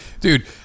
Dude